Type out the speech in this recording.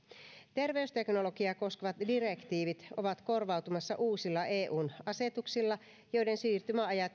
terveysteknologiaa koskevat direktiivit ovat korvautumassa uusilla eun asetuksilla joiden siirtymäajat